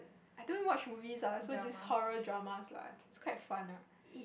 I don't watch movies ah so this horror dramas like it's quite fun [la]